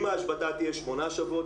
אם ההשבתה תהיה שמונה שבועות,